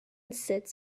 sits